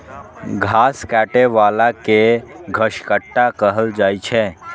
घास काटै बला कें घसकट्टा कहल जाइ छै